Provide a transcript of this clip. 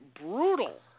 brutal